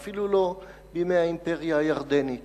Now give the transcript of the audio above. ואפילו לא בימי האימפריה הירדנית,